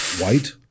White